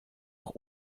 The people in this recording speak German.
auch